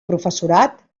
professorat